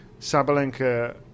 sabalenka